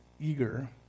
eager